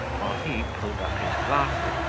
while he pulled up his glasses,